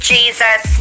Jesus